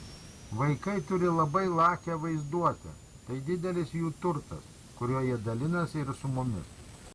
vaikai turi labai lakią vaizduotę tai didelis jų turtas kuriuo jie dalinasi ir su mumis